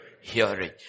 Hearing